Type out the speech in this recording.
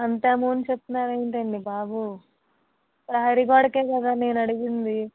అంత అమౌంట్ చెప్తున్నారేంటండి బాబూ ప్రహరీ గోడకే కదా నేను అడిగింది